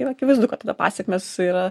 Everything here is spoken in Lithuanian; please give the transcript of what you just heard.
ir akivaizdu kad tada pasekmės yra